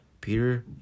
Peter